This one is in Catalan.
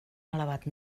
elevat